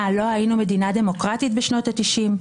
מה לא היינו מדינה דמוקרטית בשנות התשעים?